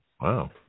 Wow